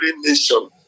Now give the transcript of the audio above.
nation